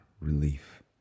relief